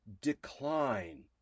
decline